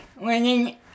winning